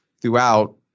throughout